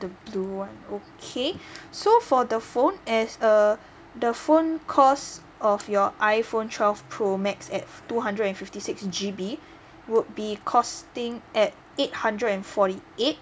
the blue one okay so for the phone as err the phone cost of your iphone twelve pro max at two hundred and fifty six G_B would be costing at eight hundred and forty eight